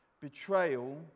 Betrayal